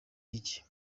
iki